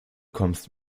kommst